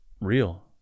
real